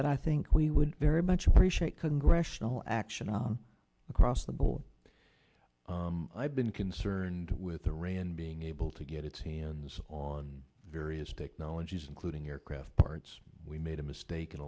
that i think we would very much appreciate congressional action on across the board i've been concerned with iran being able to get its hands on various technologies including aircraft parts we made a mistake in